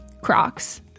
Crocs